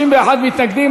61 מתנגדים.